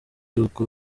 uko